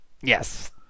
Yes